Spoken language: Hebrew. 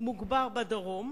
מוגבר בדרום,